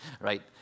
right